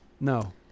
No